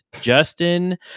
Justin